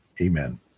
Amen